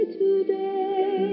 today